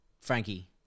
Frankie